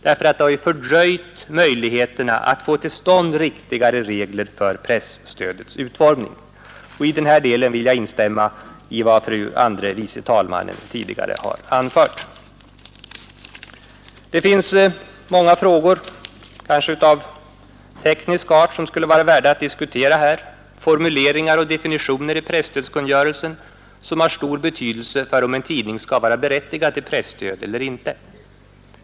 Detta har fördröjt möjligheterna att få till stånd riktiga regler för presstödets utformning. I den här delen vill jag instämma i vad fru andre vice talmannen tidigare har anfört. Det finns många frågor, kanske av teknisk art, som skulle vara värda att diskutera här, t.ex. formuleringar och definitioner i presstödskungörelsen som har stor betydelse för om en tidning skall vara berättigad till presstöd eller inte.